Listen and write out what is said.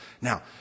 Now